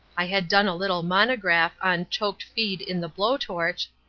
i had done a little monograph on choked feed in the blow torch,